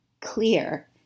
clear